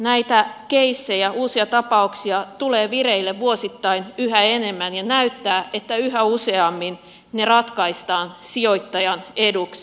näitä keissejä uusia tapauksia tulee vireille vuosittain yhä enemmän ja näyttää että yhä useammin ne ratkaistaan sijoittajan eduksi